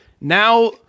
now